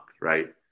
right